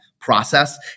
process